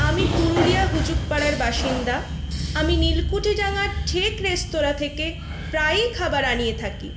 আমি পুরুলিয়া হুজুক পাড়ার বাসিন্দা আমি নীলকুঠি ডাঙার ঠেক রেস্তরাঁ থেকে প্রায়ই খাবার আনিয়ে থাকি